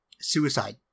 Suicide